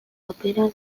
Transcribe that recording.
papera